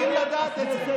אתם צריכים לדעת את זה.